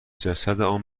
جسدان